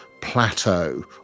plateau